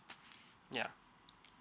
ya